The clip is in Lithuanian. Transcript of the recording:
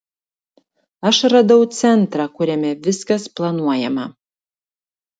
aš radau centrą kuriame viskas planuojama